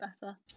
better